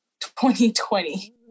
2020